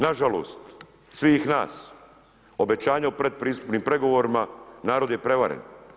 Nažalost svih nas, obećanje o pretpristupnim pregovorima, narod je prevaren.